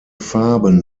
farben